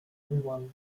everyone